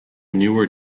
newer